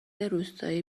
روستایی